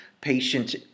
patient